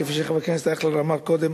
כפי שחבר הכנסת אייכלר אמר קודם,